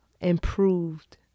improved